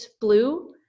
blue